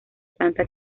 planta